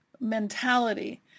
mentality